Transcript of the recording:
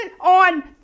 on